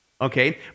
okay